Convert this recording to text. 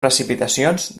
precipitacions